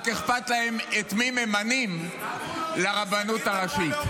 רק אכפת להם את מי ממנים לרבנות הראשית.